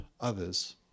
others